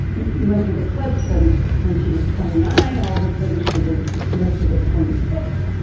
you went through the clips, and when she was twenty nine, all of a sudden she was listed as twenty six.